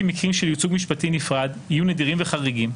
מקרים של ייצוג נפרד יהיו נדירים וחריגים.